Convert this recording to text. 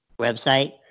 website